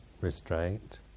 restraint